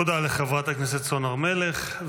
תודה לחברת הכנסת סון הר מלך,